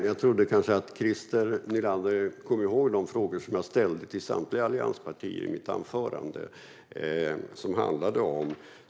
Fru talman! Jag trodde att Christer Nylander kanske kom ihåg de frågor som jag ställde till samtliga allianspartier i mitt anförande.